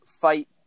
fight